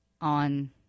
on